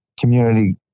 community